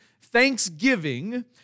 Thanksgiving